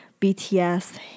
BTS